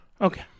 okay